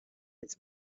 its